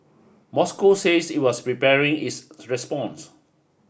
Moscow said it was preparing its response